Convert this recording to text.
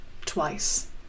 twice